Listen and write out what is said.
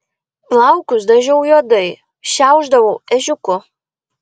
plaukus dažiau juodai šiaušdavau ežiuku